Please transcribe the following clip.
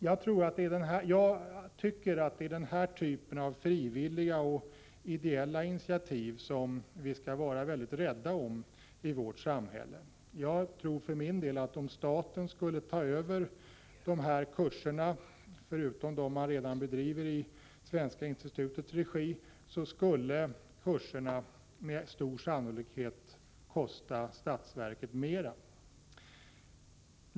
Jag tycker att vi skall vara rädda om den här typen av frivilliga och ideella initiativ i vårt samhälle. Jag tror för min del att om staten skulle ta över de här kurserna, förutom dem som redan bedrivs i Svenska institutets regi, så skulle kurserna med stor sannolikhet kosta statsverket mera.